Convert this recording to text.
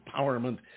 empowerment